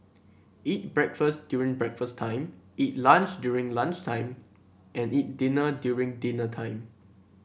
eat breakfast during breakfast time eat lunch during lunch time and eat dinner during dinner time